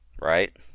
Right